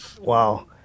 Wow